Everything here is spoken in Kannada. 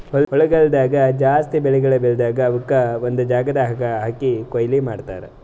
ಹೊಲ್ದಾಗ್ ಜಾಸ್ತಿ ಬೆಳಿಗೊಳ್ ಬೆಳದಾಗ್ ಅವುಕ್ ಒಂದು ಜಾಗದಾಗ್ ಹಾಕಿ ಕೊಯ್ಲಿ ಮಾಡ್ತಾರ್